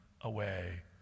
away